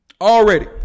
already